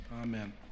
Amen